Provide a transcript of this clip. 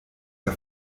der